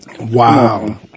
Wow